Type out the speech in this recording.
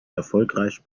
erfolgreich